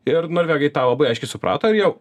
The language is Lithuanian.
ir norvegai tą labai aiškiai suprato ir jau